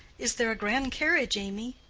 is there a grand carriage, amy?